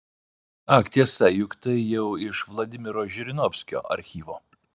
ak tiesa juk tai jau iš vladimiro žirinovskio archyvo